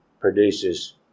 produces